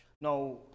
Now